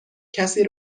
کسی